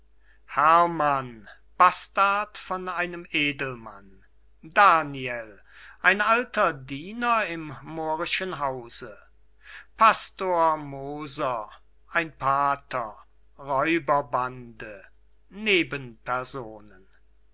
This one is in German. herrmann bastard von einem edelmann daniel hausknecht des grafen von moor pastor moser ein pater räuberbande